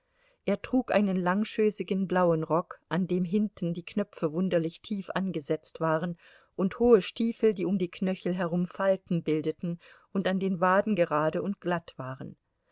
er trug einen langschößigen blauen rock an dem hinten die knöpfe wunderlich tief angesetzt waren und hohe stiefel die um die knöchel herum falten bildeten und an den waden gerade und glatt waren